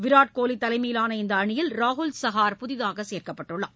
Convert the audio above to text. விராட் கோலி தலைமையிலான இந்த அணியில் ராகுல் சஹார் புதிதாக சேர்க்கப்பட்டுள்ளார்